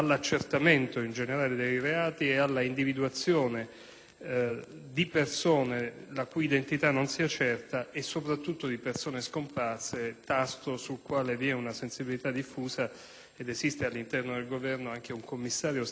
di persone la cui identità non sia certa e, soprattutto, di persone scomparse, tasto su cui vi è una sensibilità diffusa. Ricordo che esiste all'interno del Governo anche un commissario straordinario che ha il compito specifico di coordinare le iniziative tese